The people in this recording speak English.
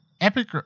Epic